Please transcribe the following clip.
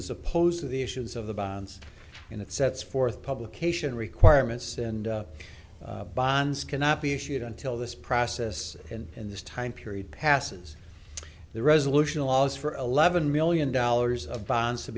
s opposed to the issues of the bonds and it sets forth publication requirements and bonds cannot be issued until this process and in this time period passes the resolution laws for eleven million dollars of bonds to